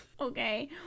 Okay